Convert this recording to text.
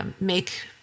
make